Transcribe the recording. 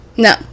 no